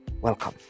Welcome